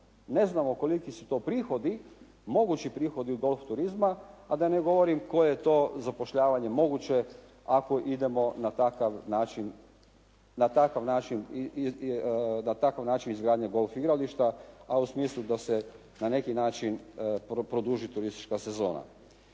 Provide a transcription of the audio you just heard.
ne znamo koliki su to prihodi, mogući prihodi u golf turizma, a da ne govorim koje je to zapošljavanje moguće ako idemo na takav način izgradnje golf igrališta, a u smislu da se na neki način produži turistička sezona.